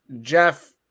jeff